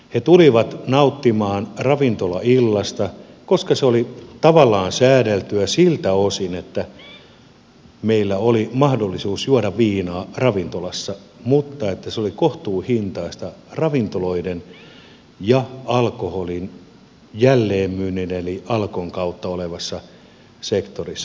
he tulivat nauttimaan ravintolaillasta koska se oli tavallaan säädeltyä siltä osin että meillä oli mahdollisuus juoda viinaa ravintolassa mutta se oli kohtuuhintaista ravintoloissa alkoholin jälleenmyynnin eli alkon kautta olevassa sektorissa